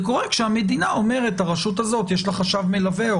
זה קורה כאשר המדינה אומרת שהרשות הזאת יש לה חשב מלווה או